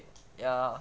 ya